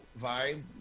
vibe